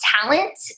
talent